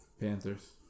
Panthers